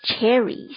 cherries